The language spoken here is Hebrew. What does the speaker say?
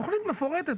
תכנית מפורטת.